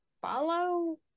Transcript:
follow